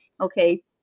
okay